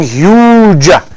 huge